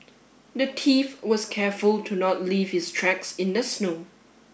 the thief was careful to not leave his tracks in the snow